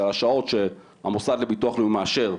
שהשעות שהמוסד לביטוח לאומי מאשר,